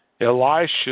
Elisha